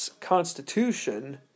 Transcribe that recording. Constitution